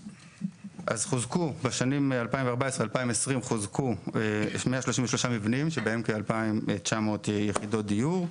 אז חוזקו בשנים 2014-2020 חוזקו 133 מבנים שבהם כ-2,900 יחידות דיור.